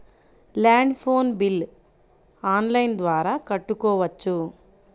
Land phone bill online ద్వారా కట్టుకోవచ్చు?